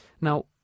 now